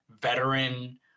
veteran